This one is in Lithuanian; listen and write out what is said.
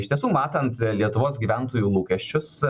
iš tiesų matant lietuvos gyventojų lūkesčius